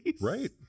right